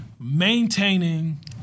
maintaining